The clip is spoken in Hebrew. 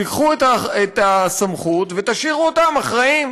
תיקחו את הסמכות ותשאירו אותם אחראים,